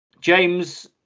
James